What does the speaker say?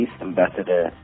Ambassador